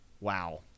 wow